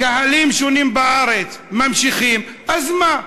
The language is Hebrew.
קהלים שונים בארץ ממשיכים, אז מה?